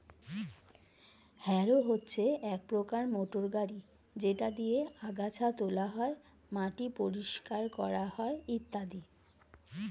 harrow হচ্ছে এক প্রকার মোটর গাড়ি যেটা দিয়ে আগাছা তোলা হয়, মাটি পরিষ্কার করা হয় ইত্যাদি